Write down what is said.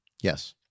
Yes